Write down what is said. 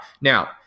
Now